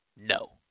No